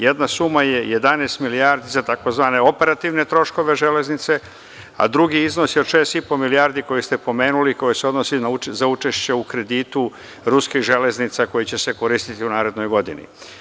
Jedna suma je 11 milijardi za tzv. operativne troškove železnice, a drugi iznos je od 6,5 milijardi koji ste pomenuli, a koji se odnosi za učešća u kreditu ruskih železnica koje će se koristiti u narednoj godini.